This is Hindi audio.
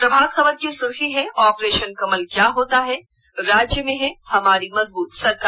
प्रभात खबर की सुर्खी है ऑपरे ान कमल क्या होता है राज्य में है हमारी मजबूत सरकार